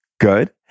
Good